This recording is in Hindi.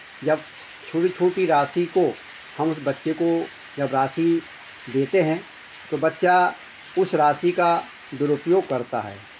जब छोटी छोटी राशि को हम बच्चे को जब राशि देते हैं तो बच्चा उस राशि का दुरुपयोग करता है